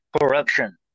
corruption